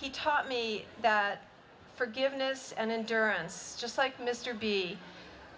he taught me that forgiveness and endurance just like mr b